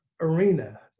arena